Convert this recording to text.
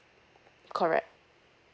correct